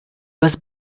was